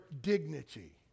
dignity